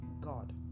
God